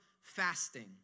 fasting